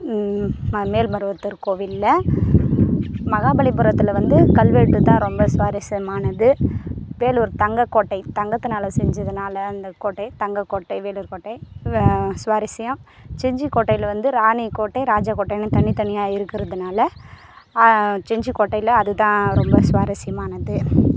மேல்மருவத்தூர் கோவில்ல மகாபலிபுரத்தில் வந்து கல்வெட்டுதான் ரொம்ப சுவாரஸ்யமானது வேலூர் தங்கக்கோட்டை தங்கத்தினால செஞ்சதனால அந்த கோட்டை தங்கக்கோட்டை வேலூர் கோட்டை சுவாரஸ்யம் செஞ்சிக்கோட்டையில வந்து ராணிக்கோட்டை ராஜாக்கோட்டைன்னு தனித்தனியாக இருக்கிறதுனால செஞ்சிக்கோட்டையில அதுதான் ரொம்ப சுவாரஸ்யமானது